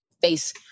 face